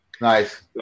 Nice